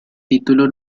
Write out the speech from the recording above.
título